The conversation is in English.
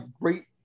great